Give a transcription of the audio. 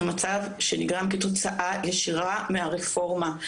זה מצב שנגרם כתוצאה ישירה מהרפורמה.